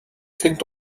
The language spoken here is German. fängt